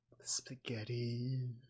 Spaghetti